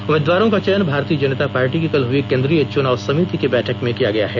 उम्मीदवारों का चयन भारतीय जनता पार्टी की कल हुई केन्द्रीय चुनाव समिति की बैठक में किया गया है